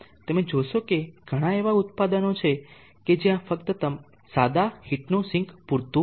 તેથી તમે જોશો કે ઘણા એવા ઉત્પાદનો છે કે જ્યાં ફક્ત સાદા હીટનું સિંક પૂરતું નથી